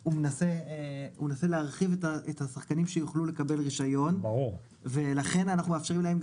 הוא מנסה להרחיב את השחקנים שיוכלו לקבל רישיון ולכן אנחנו מאפשרים להם,